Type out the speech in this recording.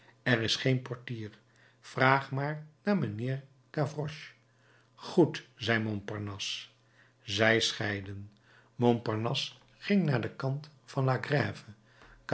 er is geen portier vraag maar naar mijnheer gavroche goed zei montparnasse zij scheidden montparnasse ging naar den kant van